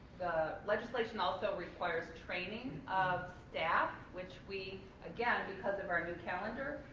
legislation also requires training of staff which we, again, because of our new calendar,